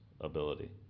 ability